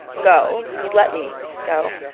go. he'd let me go.